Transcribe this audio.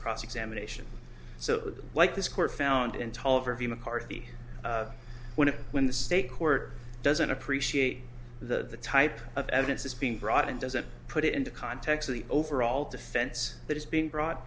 cross examination so like this court found in talvi mccarthy when it when the state court doesn't appreciate the type of evidence is being brought in doesn't put it in the context of the overall defense that is being brought